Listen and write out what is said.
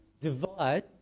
divide